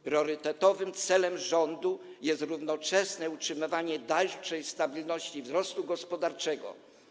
Priorytetowym celem rządu jest równocześnie utrzymywanie dalszej stabilności wzrostu gospodarczego.